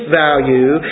value